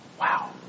wow